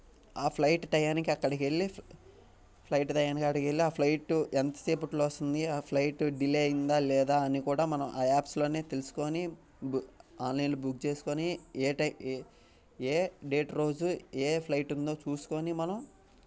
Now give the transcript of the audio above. ఆ ఫ్లైట్ టైమ్కి అక్కడికి వెళ్ళి ఫ్లైట్ టైమ్కి అక్కడికి వెళ్ళి ఆ ఫ్లైట్ ఎంత సేపటిలో వస్తుంది ఆ ఫ్లైటు డిలే అయ్యిందా లేదా అని కూడా మనం ఆ యాప్సులోనే తెలుసుకోని ఆన్లైన్లో బుక్ చేసుకోని ఏ డేట్ రోజు ఏ ఫ్లైట్ ఉందో చూసుకోని మనం